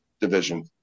division